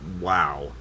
Wow